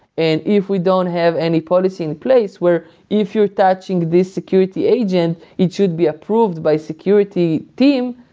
and if we don't have any policy in place, where if you're attaching this security agent, it should be approved by security team.